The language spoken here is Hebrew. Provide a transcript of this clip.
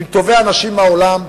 עם טובי האנשים מהעולם,